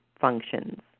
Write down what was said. functions